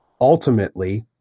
ultimately